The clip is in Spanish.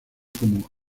como